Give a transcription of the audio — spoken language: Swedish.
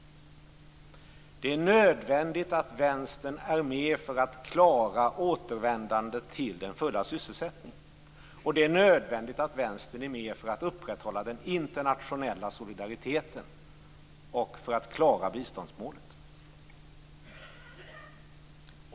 Det är nödvändigt att Vänstern är med för att klara återvändandet till den fulla sysselsättningen. Det är nödvändigt att Vänstern är med för att upprätthålla den internationella solidariteten och för att klara biståndsmålet.